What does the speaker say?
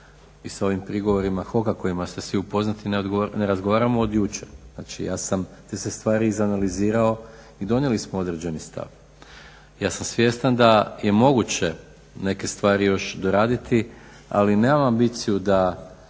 i sa ovim prigovorima HOK-a kojima ste svi upoznati, ne razgovaramo od jučer. Znači ja sam iste stvari izanalizirao i donijeli smo određeni stav. Ja sam svjestan da je moguće neke stvari još doraditi, ali nemam ambiciju da